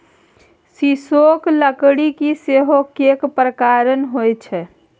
सीसोक लकड़की सेहो कैक प्रकारक होए छै